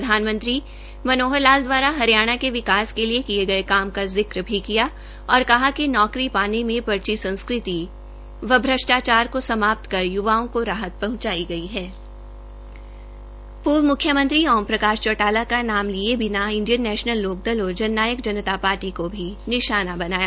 प्रधानमंत्री मनोहर लाल दवारा हरियाणा के विकास के लिए किये गये काम का जिक्र भी किया और कहा कि नौकरी पाने में पर्ची संस्कृति व पर्ची संस्कृति व भ्रष्टाचार को समाप्त कर य्वाओं को राहत पहंचाई गई है पूर्व म्ख्यमंत्री ओम प्रकाश चौटाला का नाम लिए बिना इंडियन नैशनल लोकदल और जन नायक जनता पार्टी को भी निशाना बनाया